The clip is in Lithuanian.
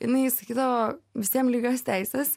jinai sakydavo visiem lygios teisės